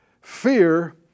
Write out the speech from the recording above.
Fear